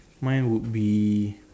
my would be